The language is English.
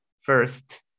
First